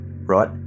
Right